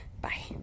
Bye